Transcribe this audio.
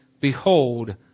Behold